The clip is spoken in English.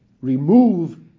remove